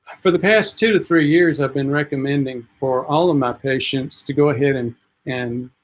for the past two to three years i've been recommending for all of my patients to go ahead and and